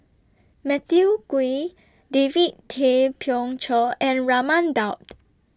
Matthew Ngui David Tay Poey Cher and Raman Daud